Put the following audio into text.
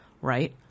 right